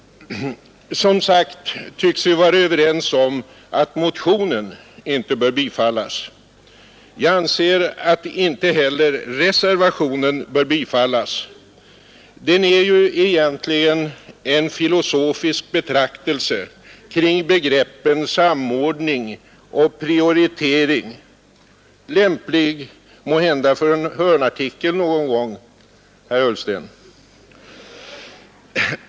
Som sagt tycks vi vara överens om att motionen inte bör bifallas. Jag anser att inte heller reservationen bör bifallas. Den är ju egentligen en filosofisk betraktelse kring begreppen samordning och prioritering, måhända lämplig för en hörnartikel någon gång, herr Ullsten.